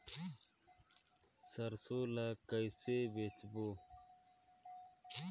सरसो ला कइसे बेचबो?